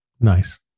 nice